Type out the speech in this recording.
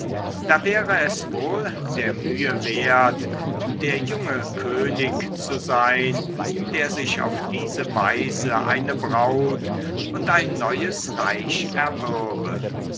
da wäre es wohl der mühe wert der junge könig zu sein der sich auf diese weise eine braut und ein neues reich erwürbe